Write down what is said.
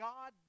God